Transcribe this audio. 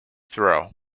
throw